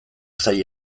zain